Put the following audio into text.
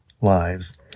lives